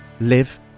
live